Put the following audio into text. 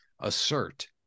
assert